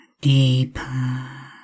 deeper